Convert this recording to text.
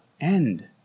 end